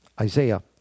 Isaiah